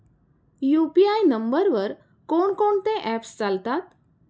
UPI नंबरवर कोण कोणते ऍप्स चालतात?